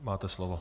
Máte slovo.